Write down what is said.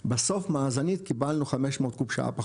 בסוף מאזנית, קיבלנו 500 קוב שעה פחות,